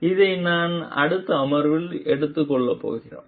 இதை நாம் அடுத்த அமர்வில் எடுத்துக் கொள்ளப் போகிறோம்